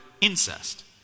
incest